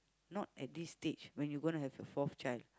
not at this stage when you gonna have your fourth child